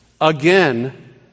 Again